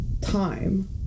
time